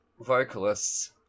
vocalists